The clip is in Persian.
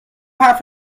حرف